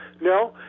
No